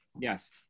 Yes